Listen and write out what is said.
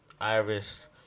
Iris